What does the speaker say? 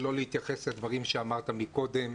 שלא להתייחס לדברים שאמרת מקודם.